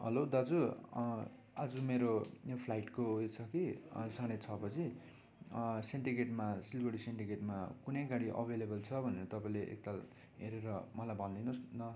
hello दाजु आज मेरो यहाँ फ्लाइटको ऊ यो छ कि साढे छ बजी सिन्डिकेटमा सिलिगुडी सिन्डिकेटमा कुनै गाडी अभेलेबल छ भनेर तपाईँले एकताल हेरेर मलाई भनिदिनुहोस् न